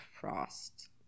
Frost